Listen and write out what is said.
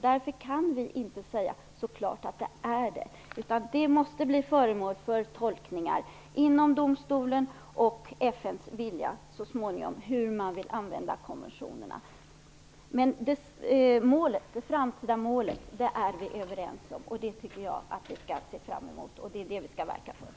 Därför kan vi inte säga klart att så är det, utan det måste bli föremål för tolkningar inom domstolen och FN:s vilja så småningom hur man vill använda konventionerna. Men det framtida målet är vi överens om. Det tycker jag att vi skall se fram emot och verka för.